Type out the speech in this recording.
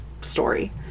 story